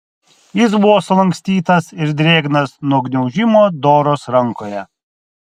jis buvo sulankstytas ir drėgnas nuo gniaužimo doros rankoje